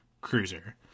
cruiser